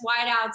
wideouts